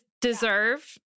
deserve